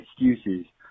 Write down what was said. excuses